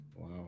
Wow